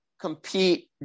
compete